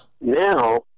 Now